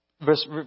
verse